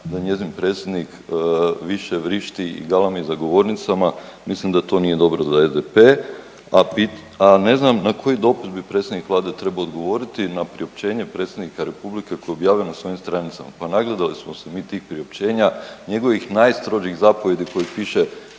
da njezin predsjednik više vrišti i galami za govornicama. Mislim da to nije dobro za SDP. A ne znam na koji dopis je predsjednik Vlade trebao odgovoriti na priopćenje Predsjednika Republike koji je objavio na svojim stranicama. Pa nagledali smo se mi tih priopćenja, njegovih najstrožih zapovjedi koji piše,